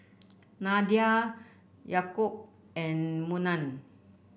Nadia Yaakob and Munah